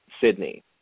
Sydney